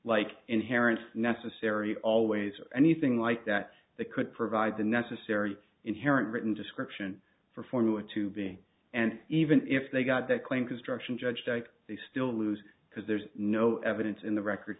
like inherent necessary always or anything like that they could provide the necessary inherent written description for formula to be and even if they got that claim construction judged they still lose because there's no evidence in the record